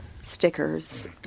Stickers